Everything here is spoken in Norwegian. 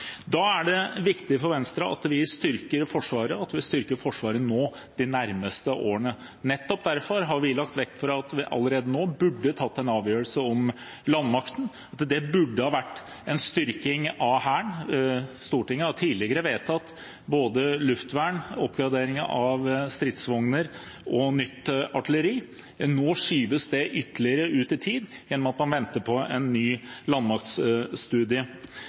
styrker Forsvaret de nærmeste årene. Nettopp derfor har vi lagt vekt på at vi allerede nå burde tatt en avgjørelse om landmakten, at det burde vært en styrking av Hæren. Stortinget har tidligere vedtatt både luftvern, oppgradering av stridsvogner og nytt artilleri. Nå skyves det ytterligere ut i tid gjennom at man venter på en ny